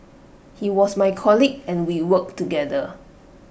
he was my colleague and we worked together